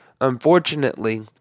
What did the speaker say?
Unfortunately